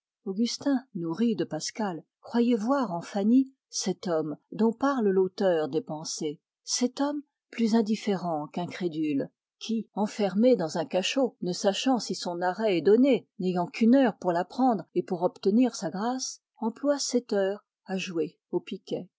augustin nourri de pascal croyait voir en fanny cet homme dont parle l'auteur des pensées cet homme qui enfermé dans un cachot ne sachant si son arrêt est donné n'ayant qu'une heure pour l'apprendre et pour obtenir sa grâce emploie cette heure à jouer au piquet